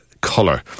colour